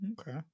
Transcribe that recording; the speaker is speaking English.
Okay